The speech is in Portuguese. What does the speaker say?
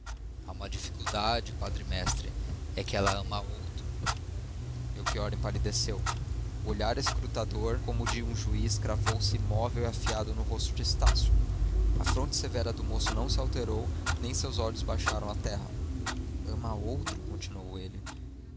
há uma dificuldade padre mestre é que ela ama a outro melchior empalideceu o olhar escrutador como o de um juiz cravou se imóvel e afiado no rosto de estácio a fronte severa do moço não se alterou nem seus olhos baixaram a terra ama a outro continuou ele